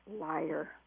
liar